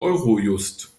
eurojust